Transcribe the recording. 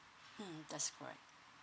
mm that's correct